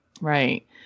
Right